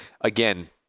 again